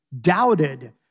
doubted